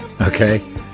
okay